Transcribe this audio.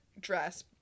dress